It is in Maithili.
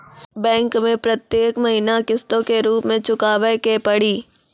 बैंक मैं प्रेतियेक महीना किस्तो के रूप मे चुकाबै के पड़ी?